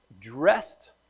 dressed